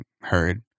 heard